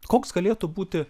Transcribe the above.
koks galėtų būti